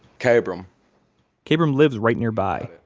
kabrahm kabrahm lives right nearby.